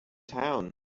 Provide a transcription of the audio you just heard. town